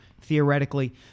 theoretically